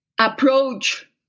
approach